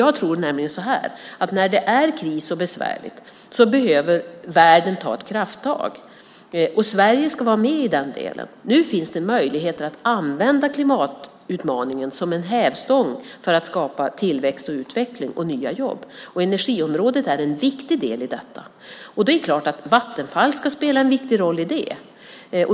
Jag tror nämligen att världen när det är kris och besvärligt behöver ta krafttag. Sverige ska vara med i den delen. Nu finns det möjligheter att använda klimatutmaningen som en hävstång för att skapa tillväxt, utveckling och nya jobb. Energiområdet är en väsentlig del i detta. Det är klart att Vattenfall ska spela en viktig roll där.